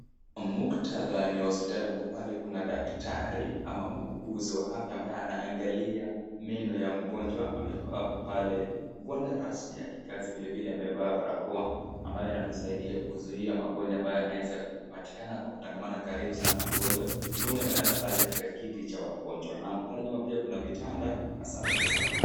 Muktadha ni wa hospitalini, ambapo pale kuna daktari au muuguzi wa afya, ambaye anaangalia meno ya mgonjwa. Amevaa pale gwanda rasmi ya kazi vile vile amevaa barakoa ambayo inamsaidia kuzuia magonjwa, ambayo yanaweza kupatikana kwa kutangamana karibu sana na mgonjwa. Mgonjwa amelala pale kwenye kitanda cha wagonjwa pale nyuma kuna vitanda za wagonjwa. Asante sana.